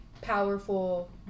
powerful